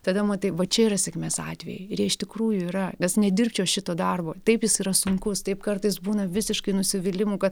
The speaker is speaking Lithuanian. tada matai va čia yra sėkmės atvejai ir jie iš tikrųjų yra nes nedirbčiau aš šito darbo taip jis yra sunkus taip kartais būna visiškai nusivylimų kad